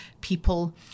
people